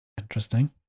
Interesting